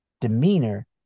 demeanor